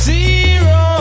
Zero